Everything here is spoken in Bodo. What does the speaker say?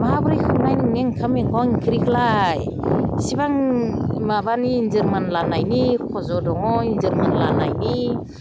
माबोरै खोबनाय नोंनि ओंखाम मैगं ओंख्रिखौलाय इसैबां माबानि इन्जर मानलानायनि खज' दङ इन्जुर मानलानायनि